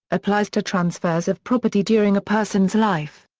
applies to transfers of property during a person's life.